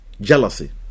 jealousy